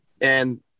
And-